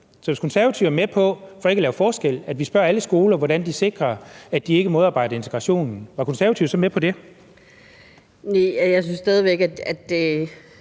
alle skolerne. Hvis vi så for ikke at lave forskel spørger alle skoler, hvordan de sikrer, at de ikke modarbejder integrationen, er Konservative så med på det? Kl. 12:09 Anden